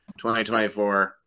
2024